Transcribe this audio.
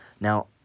Now